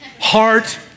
Heart